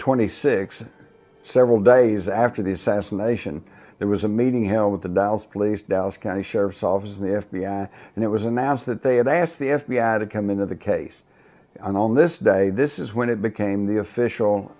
twenty six several days after the assassination there was a meeting him with the dows police dallas county sheriff's office and the f b i and it was announced that they had asked the f b i to come into the case and on this day this is when it became the official